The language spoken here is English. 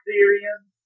Syrians